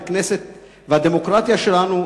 את הכנסת והדמוקרטיה שלנו,